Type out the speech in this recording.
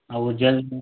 वो जल